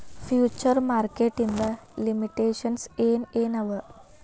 Future market ಇಂದ್ limitations ಏನ್ ಏನವ?